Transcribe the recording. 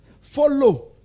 Follow